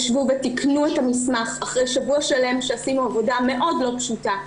ישבו ותיקנו את המסמך אחרי שבוע שלם שעשינו עבודה מאוד לא פשוטה,